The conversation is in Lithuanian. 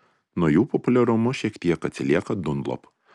nuo jų populiarumu šiek tiek atsilieka dunlop